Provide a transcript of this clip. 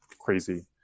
crazy